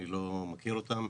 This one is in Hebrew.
אני לא מכיר אותם.